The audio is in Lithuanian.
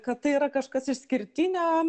kad tai yra kažkas išskirtinio